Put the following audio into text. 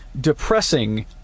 depressing